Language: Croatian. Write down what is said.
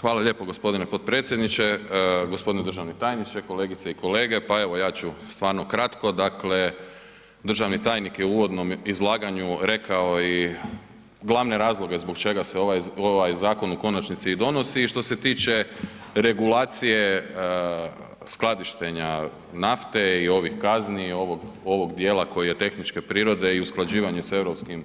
Hvala lijepo g. potpredsjedniče. g. Državni tajniče, kolegice i kolege, pa evo ja ću stvarno kratko, dakle državni tajnik je u uvodnom izlaganju rekao i glavne razloge zbog čega se ovaj zakon u konačnici i donosi i što se tiče regulacije skladištenja nafte i ovih kazni i ovog dijela koji je tehničke prirode i usklađivanje sa europskim